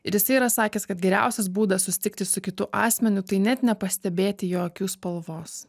ir jisai yra sakęs kad geriausias būdas susitikti su kitu asmeniu tai net nepastebėti jo akių spalvos